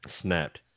snapped